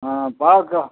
பாகற்க்காய்